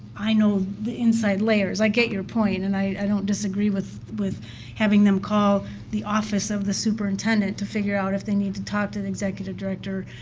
i know the inside layers. i get your point and i don't disagree with with having them call the office of the superintendent to figure out if they need to talk to the executive director,